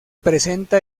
presenta